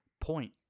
point